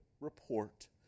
report